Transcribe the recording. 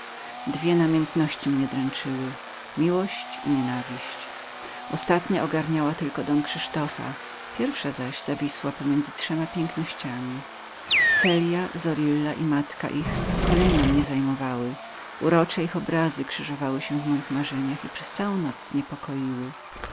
dwie namiętności mnie dręczyły miłość i nienawiść ostatnia ogarniała tylko don krzysztofa pierwsza zaś zawisła pomiędzy trzema pięknościami celja zorilla i matka ich kolejno mnie zajmowały urocze ich obrazy krzyżowały się w moich marzeniach i przez całą noc niepokoiły